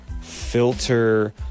filter